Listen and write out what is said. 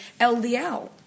LDL